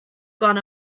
glan